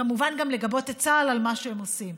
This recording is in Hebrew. וכמובן גם לגבות את צה"ל על מה שהם עושים.